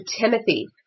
Timothy